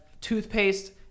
toothpaste